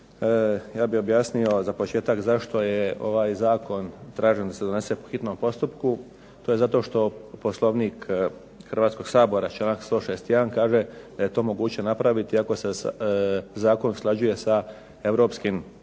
Ja bih objasnio za početak zašto je ovaj zakon tražen da se donese po hitnom postupku. To je zato što Poslovnik Hrvatskog sabora, članak 161. kaže da je to moguće napraviti ako se zakon usklađuje sa europskim